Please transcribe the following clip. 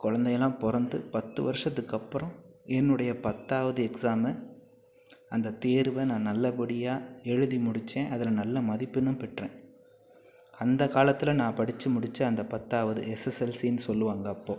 குழந்தைலாம் பிறந்து பத்து வருஷத்துக்கு அப்புறம் என்னுடைய பத்தாவது எக்ஸாமு அந்த தேர்வை நான் நல்லப்படியாக எழுதி முடித்தேன் அதில் நல்ல மதிப்பெண்ணும் பெற்றேன் அந்த காலத்தில் நான் படித்து முடித்த அந்த பத்தாவது எஸ்எஸ்எல்சினு சொல்லுவாங்க அப்போது